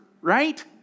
right